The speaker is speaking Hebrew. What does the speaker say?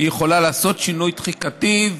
היא יכולה לעשות שינוי תחיקתי,